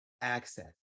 access